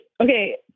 okay